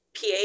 PA